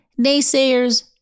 Naysayers